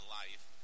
life